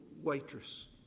waitress